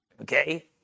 okay